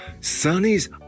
Sonny's